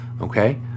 Okay